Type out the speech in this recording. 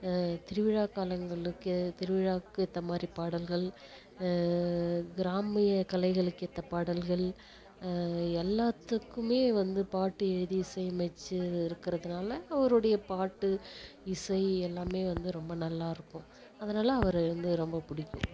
திருவிழா காலங்களுக்கு திருவிழாவுக்கு ஏற்ற மாதிரி பாடல்கள் கிராமிய கலைகளுக்கு ஏற்ற பாடல்கள் எல்லாத்துக்குமே வந்து பாட்டு எழுதி இசை அமைச்சு இருக்கிறதுனால் அவருடைய பாட்டு இசை எல்லாமே வந்து ரொம்ப நல்லாயிருக்கும் அதனால் அவரை வந்து ரொம்ப பிடிக்கும்